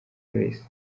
grace